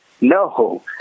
no